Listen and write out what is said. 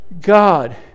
God